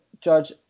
Judge